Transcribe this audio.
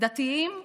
דתיים וחילונים,